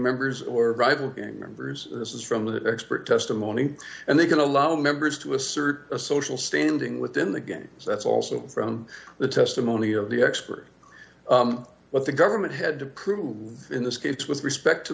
members or rival gang members this is from that expert testimony and they can allow members to assert a social standing within the games that's also from the testimony of the expert what the government had to prove in this case with respect to